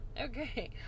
Okay